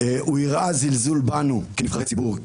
הוא הראה זלזול בנו כנבחרי ציבור,